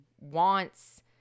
wants